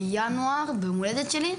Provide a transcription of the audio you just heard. בינואר, ביום ההולדת שלי.